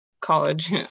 college